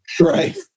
Right